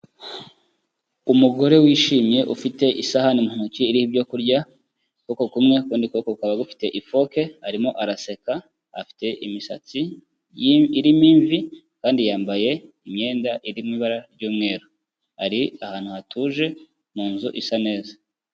Umugore wishimye ufite isahani mu ntoki iriho ibyo kurya, ukuboko kumwe ukundi kuboko gafite ifoke, arimo araseka, afite imisatsi irimo imvi kandi yambaye imyenda irimo ibara ry'umweru, ari ahantu hatuje mu nzu isa neza.